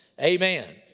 Amen